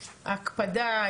ההקפדה,